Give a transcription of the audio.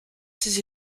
ses